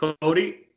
Cody